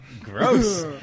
Gross